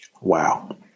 Wow